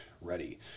ready